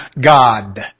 God